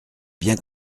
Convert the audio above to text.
bien